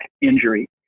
injury